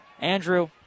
Andrew